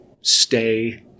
Stay